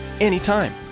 anytime